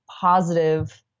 positive